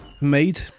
Made